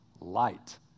light